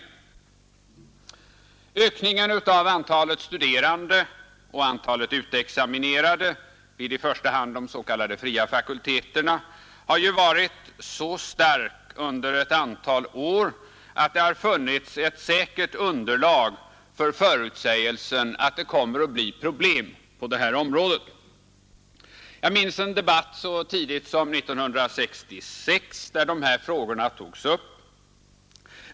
Ökningen av antalet studerande och av antalet utexaminerade vid i första hand de s.k. fria fakulteterna har ju varit så stark under ett antal år att det har funnits ett säkert underlag för förutsägelsen att det kommer att bli problem på detta område. Jag minns en debatt så tidigt som 1966 där dessa frågor togs upp.